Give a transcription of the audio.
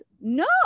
no